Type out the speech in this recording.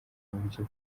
buryo